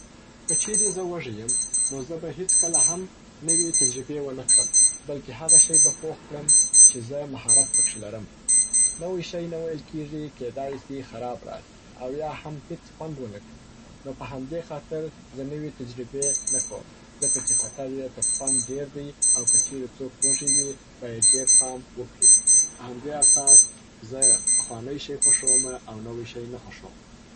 که چیري زه وږي یم، نو زه به هیڅ کله هم نوي تجربې و نه کړم بلکي هغه شی به پوخ کړم چې زه مهارت پکښي لرم. نوی شی نه ویل کیږي، کیدای سي خراب راسي، او یا هم هیڅ خوند و نه کړي. نو په همدې خاطر زه نوې تجربې نه کوم ځکه چې خطر یې تر خوند ډېر دی او که چیري څوک وږی وي باید ډیر پام وکړي. په همدې اساس زه پخوانی شی خوښومه او نوی شی نه خوښوم.